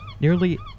nearly